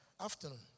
afternoon